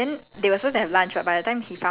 so like ya ya